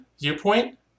viewpoint